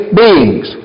beings